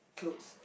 clothes